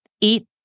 eat